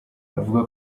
avuga